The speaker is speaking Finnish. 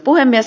puhemies